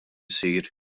isir